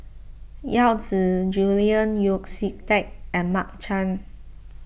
Yao Zi Julian Yeo See Teck and Mark Chan